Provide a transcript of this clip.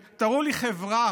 ללכת.